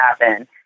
happen